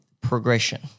progression